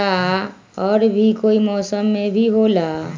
या और भी कोई मौसम मे भी होला?